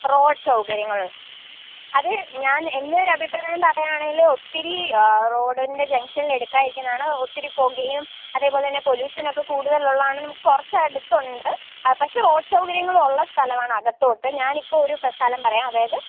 road സൗകര്യങ്ങൾ അത് ഞാൻ എൻ്റെ ഒരു അഭിപ്രായം പറയുകയാണേങ്കി ല് ഒത്തിരി റോഡിൻ്റെ ജംഗ്ഷനിൽ എടുക്കാതിരിക്കുന്നതാണ് ഒത്തിരി പുകയും അതേപോലെ തന്നെ പൊല്യൂഷനൊക്കെ കൂടുതലുള്ളതാണെങ്കിൽ നമുക്ക് കുറച്ച് അടുത്തുണ്ട് പക്ഷെ റോഡ് സൗകര്യങ്ങളുള്ള സ്ഥലമാണ് അകത്തോട്ട് ഞാൻ ഇപ്പോൾ ഒരു സ്ഥലം പറയാം അതായത്